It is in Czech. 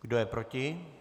Kdo je proti?